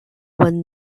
won